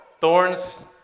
thorns